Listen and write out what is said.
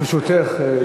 ברשותך,